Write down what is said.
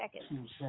seconds